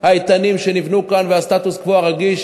האיתנים שנבנו כאן ואת הסטטוס-קוו הרגיש